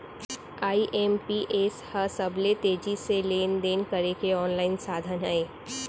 IMPS ह सबले तेजी से लेन देन करे के आनलाइन साधन अय